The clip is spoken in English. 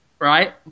right